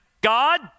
God